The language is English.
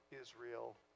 Israel